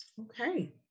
Okay